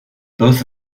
both